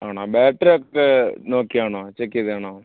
ആണോ ബാറ്ററി ഒക്കെ നോക്കിയതാണോ ചെക്കെയ്തെയാണോ